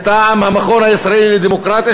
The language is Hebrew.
מטעם המכון הישראלי לדמוקרטיה,